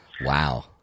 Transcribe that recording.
Wow